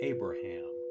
Abraham